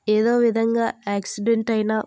ఏదో విధంగా యాక్సిడెంట్ అయినా